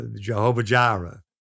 Jehovah-Jireh